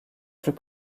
plus